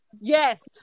Yes